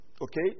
Okay